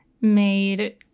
made